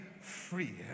free